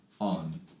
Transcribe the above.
on